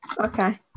Okay